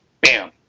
Bam